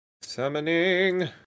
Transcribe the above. Summoning